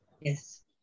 Yes